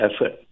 effort